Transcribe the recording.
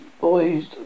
boy's